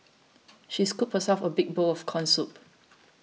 she scooped herself a big bowl of Corn Soup